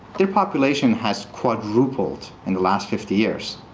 their population has quadrupled in the last fifty years.